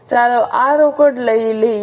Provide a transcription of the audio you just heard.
ચાલો આ રોકડ લઈ લઈએ